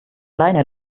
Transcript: leine